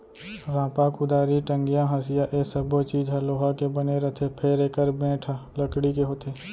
रांपा, कुदारी, टंगिया, हँसिया ए सब्बो चीज ह लोहा के बने रथे फेर एकर बेंट ह लकड़ी के होथे